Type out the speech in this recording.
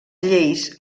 lleis